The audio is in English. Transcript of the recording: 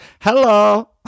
Hello